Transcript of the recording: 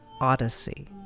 Odyssey